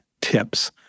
tips